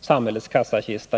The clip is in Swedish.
samhällets kassakista.